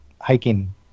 hiking